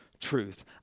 truth